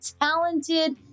talented